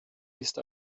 ist